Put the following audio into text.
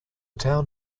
town